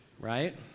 right